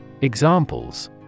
Examples